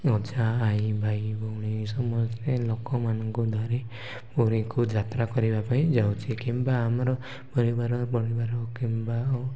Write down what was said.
ଅଜା ଆଈ ଭାଇ ଭଉଣୀ ସମସ୍ତେ ଲୋକମାନଙ୍କୁ ଧରି ପୁରୀକୁ ଯାତ୍ରା କରିବା ପାଇଁ ଯାଉଛି କିମ୍ବା ଆମର ପରିବାର ପରିବାର କିମ୍ବା ଓ